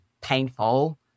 painful